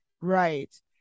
Right